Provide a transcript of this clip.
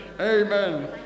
Amen